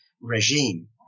regime